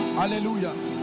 hallelujah